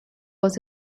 was